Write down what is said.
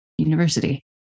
University